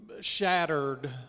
shattered